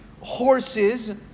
horses